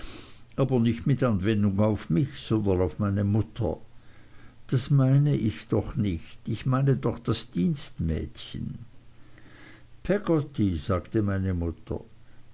aber nicht mit anwendung auf mich sondern auf meine mutter das meine ich doch nicht ich meine doch das dienstmädchen peggotty sagte meine mutter